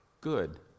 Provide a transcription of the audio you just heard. good